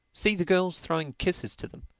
see the girls throwing kisses to them.